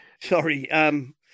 sorry